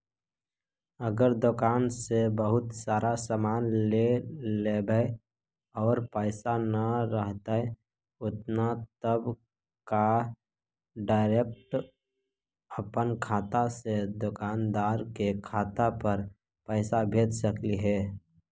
अगर दुकान से बहुत सारा सामान ले लेबै और पैसा न रहतै उतना तब का डैरेकट अपन खाता से दुकानदार के खाता पर पैसा भेज सकली हे?